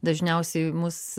dažniausiai mus